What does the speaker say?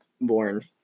born